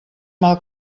mal